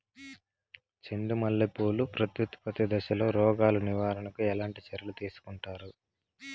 చెండు మల్లె పూలు ప్రత్యుత్పత్తి దశలో రోగాలు నివారణకు ఎట్లాంటి చర్యలు తీసుకుంటారు?